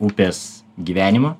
upės gyvenimą